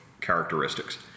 characteristics